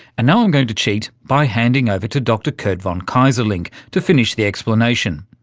and now i'm going to cheat by handing over to dr curt von keyserlingk to finish the explanation.